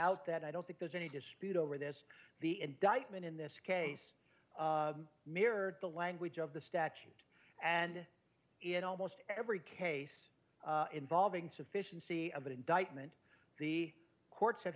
out that i don't think there's any dispute over this the indictment in this case mirrored the language of the statute and in almost every case involving sufficiency of an indictment the courts have